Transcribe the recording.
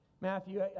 Matthew